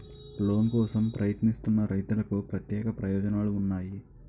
Loan కోసం ప్రయత్నిస్తున్న రైతులకు ప్రత్యేక ప్రయోజనాలు ఉన్నాయా?